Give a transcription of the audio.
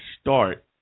start